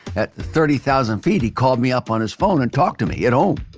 at thirty thousand feet he called me up on his phone and talked to me at home,